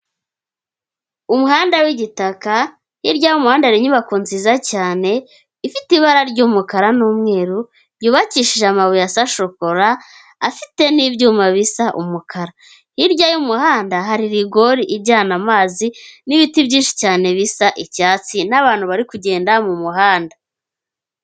Umuhanda w'igitaka hirya y'umuhanda hari inyubako nziza cyane ifite ibara ry'umukara n'umweru, yubakishije amabuye asa shokora, afite n'ibyuma bisa umukara, hirya y'umuhanda hari rigori ijyana amazi n'ibiti byinshi cyane bisa icyatsi n'abantu bari kugenda mu muhanda.